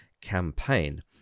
campaign